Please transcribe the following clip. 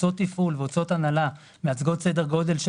הוצאות תפעול והוצאות הנהלה מייצגות סדר גודל של